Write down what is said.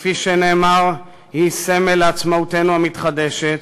שכפי שנאמר, היא סמל לעצמאותנו המתחדשת,